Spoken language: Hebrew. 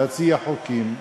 להציע חוקים,